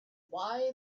why